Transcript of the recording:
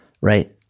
right